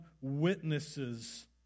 witnesses